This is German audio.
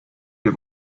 wir